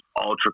ultra